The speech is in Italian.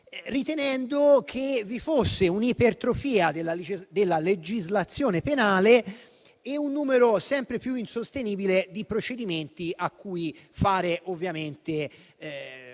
ritenendo che vi fossero un'ipertrofia della legislazione penale e un numero sempre più insostenibile di procedimenti a cui porre rimedio.